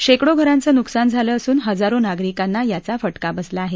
शेकडो घरांचं नुकसान झालं असून हजारो नागरिकांना याचा फटका बसला आहे